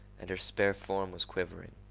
and her spare form was quivering.